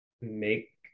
make